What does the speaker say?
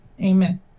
Amen